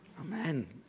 Amen